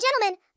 gentlemen